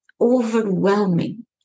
overwhelming